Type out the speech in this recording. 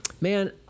man